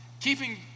keeping